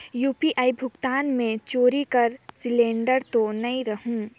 UPI भुगतान मे चोरी कर सिलिंडर तो नइ रहु?